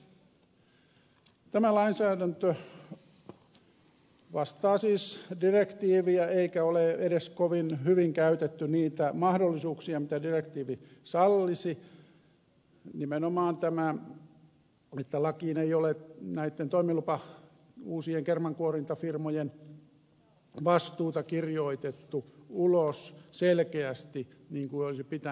tämä lainsäädäntö vastaa siis direktiiviä eikä ole edes kovin hyvin käytetty niitä mahdollisuuksia mitä direktiivi sallisi nimenomaan tämä että lakiin ei ole näitten uusien kermankuorintafirmojen vastuuta kirjoitettu ulos selkeästi niin kuin olisi pitänyt